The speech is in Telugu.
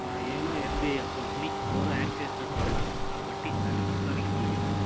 నా యోనో ఎస్బీఐ అకౌంటుని ఎవరో హ్యాక్ చేసినట్లున్నారు కాబట్టి దాన్ని మొత్తానికి తొలగించు